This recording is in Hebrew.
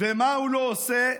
ומה הוא לא עושה?